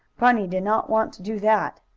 bunny did not want to do that.